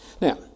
Now